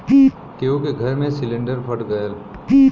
केहु के घर मे सिलिन्डर फट गयल